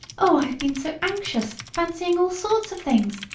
oh! i have been so anxious, fancying all sorts of things.